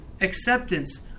acceptance